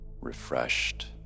refreshed